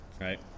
Right